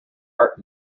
art